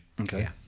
Okay